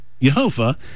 yehovah